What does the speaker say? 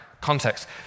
context